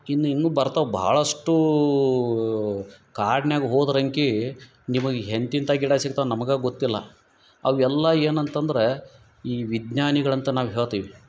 ಇನ್ನ ಇನ್ನು ಬರ್ತಾವು ಭಾಳಷ್ಟು ಕಾಡ್ನ್ಯಾಗ ಹೋದ್ರಂಕೀ ನಿಮಗೆ ಎಂತಿಂತ ಗಿಡ ಸಿಕ್ತಾವು ನಮಗೆ ಗೊತ್ತಿಲ್ಲ ಅವೆಲ್ಲಾ ಏನಂತಂದ್ರ ಈ ವಿಜ್ಞಾನಿಗಳಂತ ನಾವು ಹೇಳ್ತವಿ